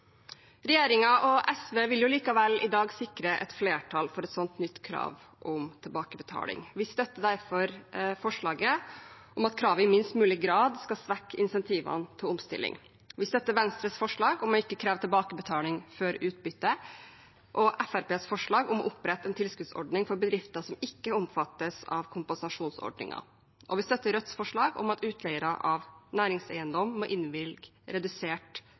og SV vil likevel i dag sikre flertall for et sånt nytt krav om tilbakebetaling. Vi støtter derfor forslaget om at kravet i minst mulig grad skal svekke incentivene til omstilling. Vi støtter Venstres forslag om ikke å kreve tilbakebetaling før utbytte og Fremskrittspartiets forslag om å opprette en tilskuddsordning for bedrifter som ikke omfattes av kompensasjonsordningen. Og vi støtter Rødts forslag om at utleiere av næringseiendom må innvilge redusert